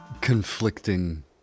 conflicting